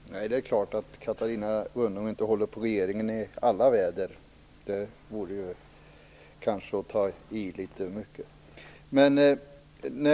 Fru talman! Nej, det är klart att Catarina Rönnung inte håller på regeringen i alla väder - det vore kanske att ta i litet väl mycket.